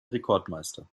rekordmeister